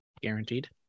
Guaranteed